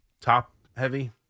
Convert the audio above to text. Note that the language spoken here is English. top-heavy